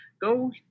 go